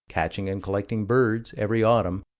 catching and collecting birds, every autumn,